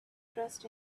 trust